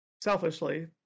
selfishly